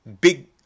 big